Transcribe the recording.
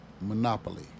Monopoly